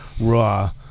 raw